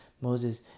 Moses